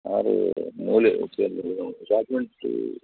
ಡಾಕ್ಯುಮೆಂಟ್ಸೂ